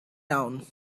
down